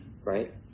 right